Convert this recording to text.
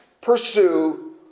pursue